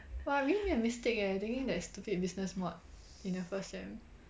!wah! I really made a mistake eh taking that stupid business mod in the first sem